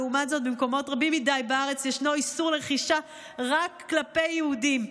במקומות רבים מדי בארץ ישנו איסור רכישה רק כלפי יהודים.